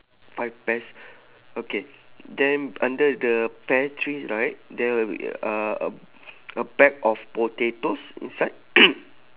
five pears okay then under the pear tree right there are uh a a pack of potatoes inside